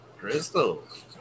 Crystals